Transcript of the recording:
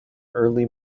early